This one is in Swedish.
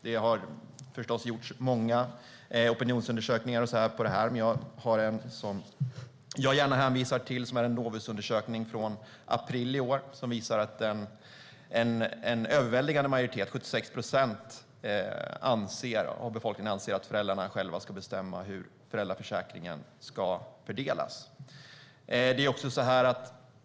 Det har förstås gjorts många opinionsundersökningar på detta, men den jag gärna hänvisar till är en Novusundersökning från april i år. Den visar att en överväldigande majoritet av befolkningen, 76 procent, anser att föräldrarna själva ska bestämma hur föräldraförsäkringen ska fördelas.